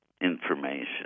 information